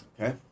Okay